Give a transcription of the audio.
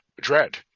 Dread